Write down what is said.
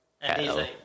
Hello